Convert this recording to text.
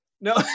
no